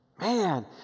Man